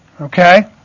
okay